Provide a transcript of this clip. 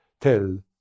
tell